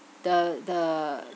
the the